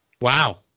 wow